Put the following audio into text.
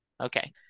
Okay